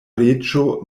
reĝo